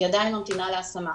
היא עדיין ממתינה להשמה'.